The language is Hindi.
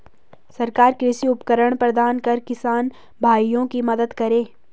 सरकार कृषि उपकरण प्रदान कर किसान भाइयों की मदद करें